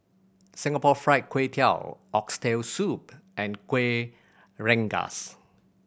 Singapore Fried Kway Tiao Oxtail Soup and Kuih Rengas